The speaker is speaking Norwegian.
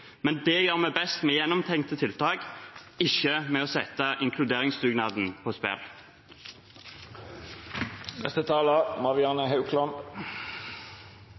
Det gjør vi best med gjennomtenkte tiltak, ikke ved å sette inkluderingsdugnaden på